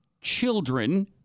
children